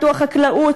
פיתוח חקלאות,